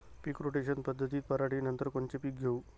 पीक rotation पद्धतीत पराटीनंतर कोनचे पीक घेऊ?